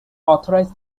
authored